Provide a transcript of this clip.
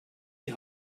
die